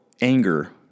anger